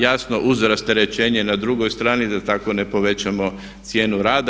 Jasno uz rasterećenje na drugoj strani da tako ne povećamo cijenu rada.